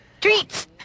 Treats